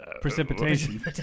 precipitation